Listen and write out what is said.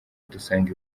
dusanga